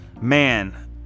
Man